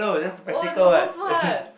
[oh]-my-god so smart